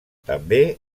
també